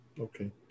Okay